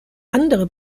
andere